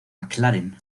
mclaren